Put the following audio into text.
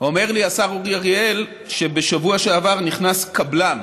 אומר לי השר אורי אריאל שבשבוע שעבר נכנס קבלן,